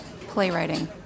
Playwriting